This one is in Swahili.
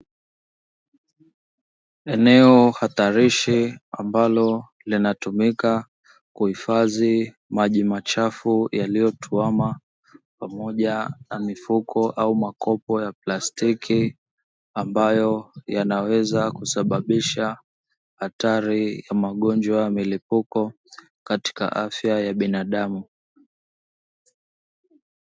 Eneo hatarishi ambalo linatumika kuhifadhi maji machafu yaliyotwama, pamoja na mifuko au makopo ya plastiki ambayo yanaweza kusababisha hatari ya magonjwa ya mlipuko katika afya ya binadamu.